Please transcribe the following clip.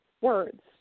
words